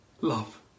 love